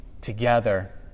together